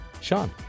Sean